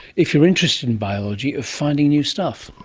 if you're interested in biology, of finding new stuff.